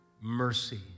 mercy